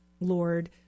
lord